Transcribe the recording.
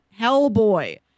Hellboy